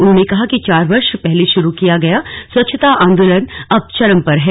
उन्होंने कहा कि चार वर्ष पहले शुरू किया गया स्वच्छता आंदोलन अब चरम पर है